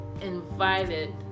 invited